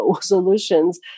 solutions